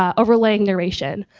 ah overlaying, narration,